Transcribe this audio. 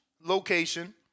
location